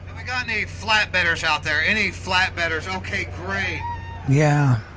i got any flatbedders out there? any flatbedders? okay, great yeah,